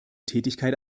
tätigkeit